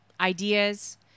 ideas